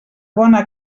bona